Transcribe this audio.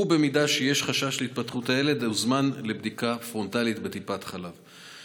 ואם יש חשש להתפתחות הילד הוא הוזמן לפגישה פרונטלית בטיפת חלב.